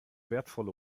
wertvolle